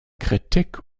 kritik